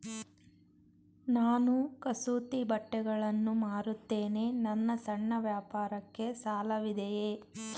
ನಾನು ಕಸೂತಿ ಬಟ್ಟೆಗಳನ್ನು ಮಾರುತ್ತೇನೆ ನನ್ನ ಸಣ್ಣ ವ್ಯಾಪಾರಕ್ಕೆ ಸಾಲವಿದೆಯೇ?